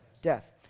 death